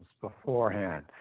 beforehand